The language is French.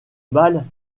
mâle